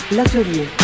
L'atelier